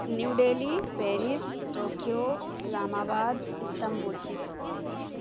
new Delhi Paris Tokyo Islamabad Istanbul